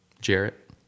Jarrett